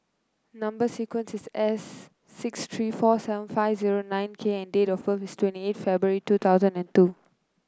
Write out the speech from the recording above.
number sequence is S six three four seven five zero nine K and date of birth is twenty eight February two thousand and two